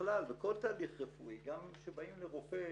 שבכלל בכל תהליך רפואי, גם כשבאים לרופא